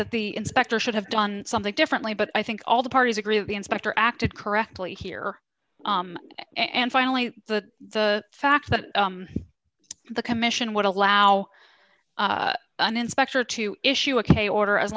that the inspector should have done something differently but i think all the parties agree the inspector acted correctly here and finally the the fact that the commission would allow an inspector to issue a k order as